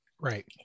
right